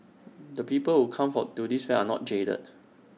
the people who come for to this fair are not jaded